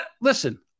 Listen